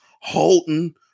Holton